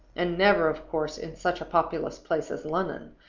and never, of course, in such a populous place as london,